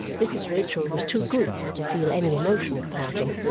mrs. rachael was too good to feel any emotion at parting,